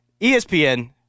ESPN –